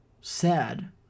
sad